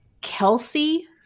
Kelsey